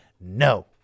No